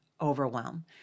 overwhelm